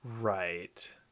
Right